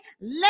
let